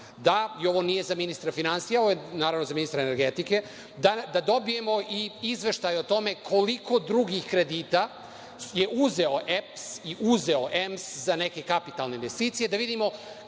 važno, ovo nije za ministra finansija nego za ministra energetike, da dobijemo izveštaj o tome koliko drugih kredita je uzeo EPS i uzeo EMS za neke kapitalne investicije i da vidimo